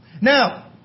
Now